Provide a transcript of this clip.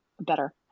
better